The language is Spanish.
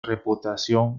reputación